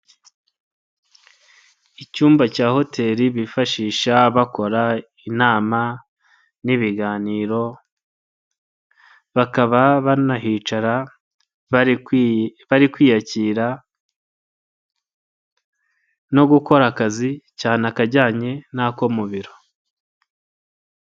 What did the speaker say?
Icyumba cya hoteli bifashisha bakora inama n'ibiganiro bakaba banahicara bari kwiyakira no gukora akazi cyane akajyanye n'ako mu biro.